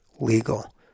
legal